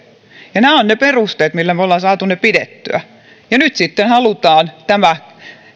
ja nämä ovat ne perusteet millä me olemme saaneet ne pidettyä ja nyt sitten halutaan tämä